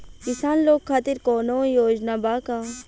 किसान लोग खातिर कौनों योजना बा का?